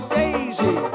daisy